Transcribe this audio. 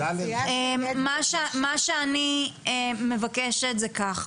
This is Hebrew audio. מה שאני מבקשת זה כך,